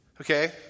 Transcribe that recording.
Okay